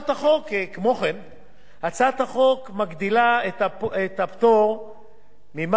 הצעת החוק מגדילה את הפטור ממס על קצבה בשלושה אופנים: